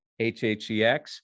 HHEX